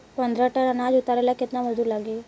पन्द्रह टन अनाज उतारे ला केतना मजदूर लागी?